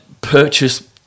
Purchase